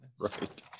Right